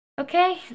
okay